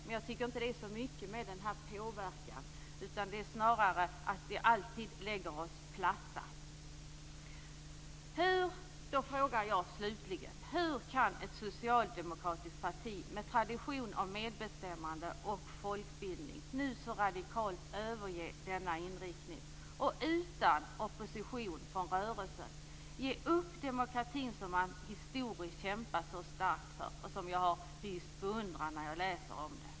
Men jag tycker inte att det är så mycket med denna påverkan, utan det handlar snarare om att vi lägger oss platta. Jag frågar slutligen: Hur kan ett socialdemokratiskt parti, med tradition av medbestämmande och folkbildning, nu så radikalt överge denna inriktning och utan opposition från rörelsen ge upp demokratin, som man historiskt har kämpat så starkt för och som jag har hyst beundran för när jag läst om det?